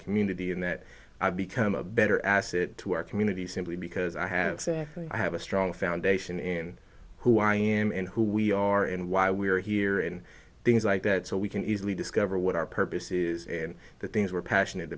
community and that i become a better assett to our community simply because i have said i have a strong foundation in who i am and who we are and why we are here and things like that so we can easily discover what our purposes and the things we're passionate